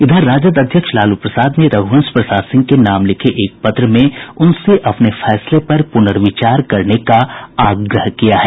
इधर राजद अध्यक्ष लालू प्रसाद ने रघुवंश प्रसाद सिंह के नाम लिखे एक पत्र में उनसे अपने फैसले पर पुनर्विचार करने का आग्रह किया है